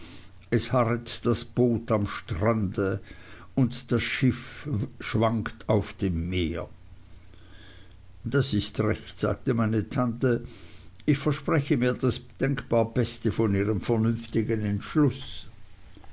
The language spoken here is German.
es harret das boot am strande und das schiff schwankt auf dem meer das ist recht sagte meine tante ich verspreche mir das denkbar beste von ihrem vernünftigen entschluß